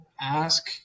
ask